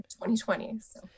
2020